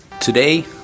Today